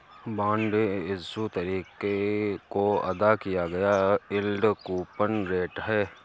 bond issue तारीख को अदा किया गया यील्ड कूपन रेट है